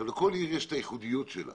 לכל עיר יש את הייחודיות שלה.